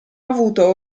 avuto